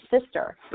sister